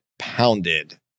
pounded